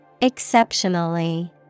Exceptionally